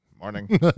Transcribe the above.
morning